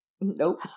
Nope